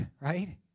right